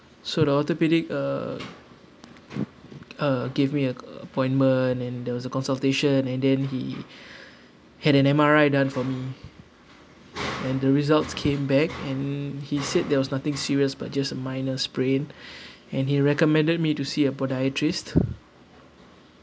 so the orthopaedic uh uh give me an appointment and there was a consultation and then he had an M_R_I done for me and the results came back and he said there was nothing serious but just a minor sprain and he recommended me to see a podiatrist